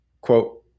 quote